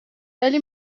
ولی